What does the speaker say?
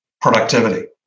productivity